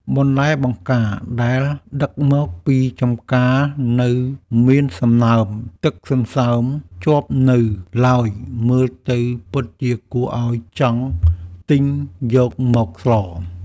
បន្លែបង្ការដែលដឹកមកពីចំការនៅមានសំណើមទឹកសន្សើមជាប់នៅឡើយមើលទៅពិតជាគួរឱ្យចង់ទិញយកមកស្ល។